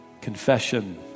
confession